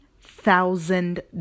thousand